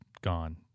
gone